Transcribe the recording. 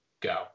Go